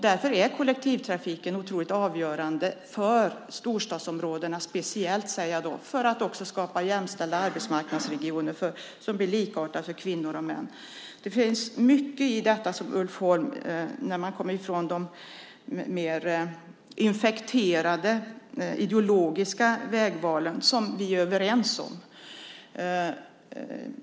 Därför är kollektivtrafiken avgörande - speciellt i storstadsområdena vill jag säga - för att också skapa jämställda arbetsmarknadsregioner, regioner som blir likartade för kvinnor och män. Det finns mycket i det som Ulf Holm säger, när han kommer bort från de något infekterade ideologiska vägvalen, som vi är överens om.